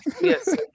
Yes